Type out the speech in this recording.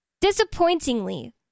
disappointingly